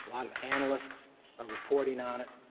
lot of analysts are reporting on it